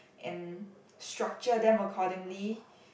and structure them accordingly